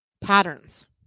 patterns